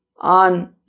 on